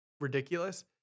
ridiculous